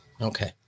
Okay